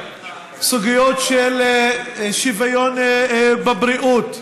סוגיות של שוויון בבריאות,